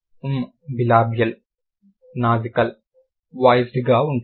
మ్ bilabial nasal voiced గా ఉంటుంది